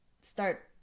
start